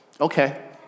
okay